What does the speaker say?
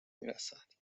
میرسد